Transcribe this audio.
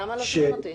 למה לא שומעים אותי?